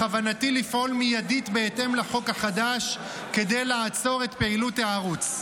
בכוונתי לפעול מיידית בהתאם לחוק החדש כדי לעצור את פעילות הערוץ.